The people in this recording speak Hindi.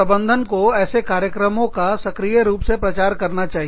प्रबंधन ऐसे कार्यक्रमों का सक्रिय रुप से प्रचार चाहिए